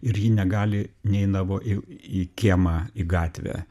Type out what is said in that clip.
ir ji negali neinavo į į kiemą į gatvę